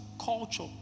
culture